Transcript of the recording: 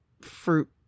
fruit